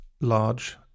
large